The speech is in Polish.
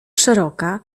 szeroka